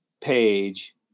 page